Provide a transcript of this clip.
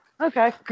Okay